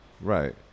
Right